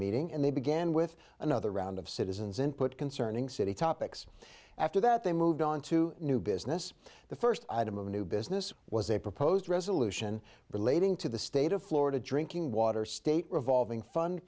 meeting and they began with another round of citizens input concerning city topics after that they moved on to new business the first item of a new business was a proposed resolution relating to the state of florida drinking water state revolving fund